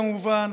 כמובן.